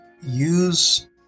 Use